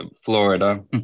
Florida